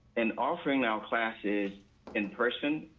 and offering our classes in person,